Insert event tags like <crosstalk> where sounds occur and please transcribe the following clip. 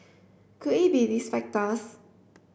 <noise> could it be these factors